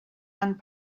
and